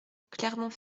clermont